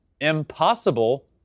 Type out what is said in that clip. impossible